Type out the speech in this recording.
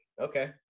Okay